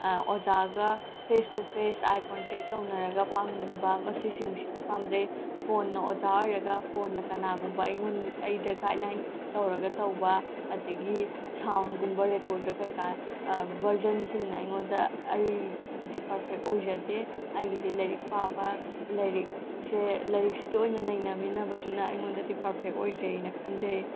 ꯑꯣꯖꯥꯒ face to face eye contact ꯇꯧꯅꯔꯒ ꯄꯥꯃꯤꯟꯅꯕ ꯃꯁꯤꯁꯤꯡꯁꯤꯗꯤ ꯄꯥꯝꯖꯩ ꯐꯣꯟꯅ ꯑꯣꯖꯥ ꯑꯣꯏꯔꯒ ꯐꯣꯟꯅ ꯀꯅꯥꯒꯨꯝꯕ ꯑꯩꯉꯣꯟ ꯑꯩꯗ ꯒꯥꯏꯠꯂꯥꯏꯟ ꯇꯧꯔꯒ ꯇꯧꯕ ꯑꯗꯒꯤ ꯁꯥꯎꯟꯒꯨꯝꯕ ꯔꯦꯀꯣꯔꯠꯇ ꯀꯩꯀꯥ ꯕꯔꯖꯟꯁꯤꯡꯅ ꯑꯩꯉꯣꯟꯗ ꯑꯩꯒꯤꯗꯤ ꯄꯥꯔꯐꯦꯛ ꯑꯣꯏꯖꯗꯦ ꯑꯩꯒꯤꯗꯤ ꯂꯥꯏꯔꯤꯛ ꯄꯥꯕ ꯂꯥꯏꯔꯤꯛꯁꯦ ꯂꯥꯏꯔꯤꯛꯁꯤꯗ ꯑꯣꯏꯅ ꯅꯩꯅꯃꯤꯟꯅꯕꯗꯨꯅ ꯑꯩꯉꯣꯟꯗꯗꯤ ꯄꯥꯔꯐꯦꯛ ꯑꯣꯏꯖꯩꯅ ꯈꯟꯖꯩ